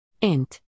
Int